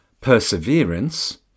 Perseverance